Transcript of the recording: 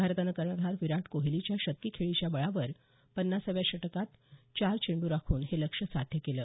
भारतानं कर्णधार विराट कोहलीच्या शतकी खेळीच्या बळावर पन्नासाव्या षटकांत चार चेंडू राखून हे लक्ष्य साध्य केलं